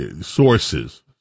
sources